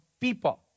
people